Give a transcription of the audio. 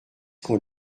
qu’on